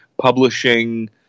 publishing